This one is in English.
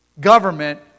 government